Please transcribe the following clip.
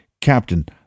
Captain